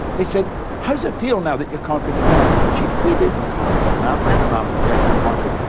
they said how does it feel now that you've conquered the mountain? she, we didn't conquer the mountain that mountain can't be conquered.